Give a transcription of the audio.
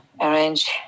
Arrange